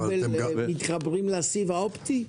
עם הכבל מתחברים לסיב האופטי?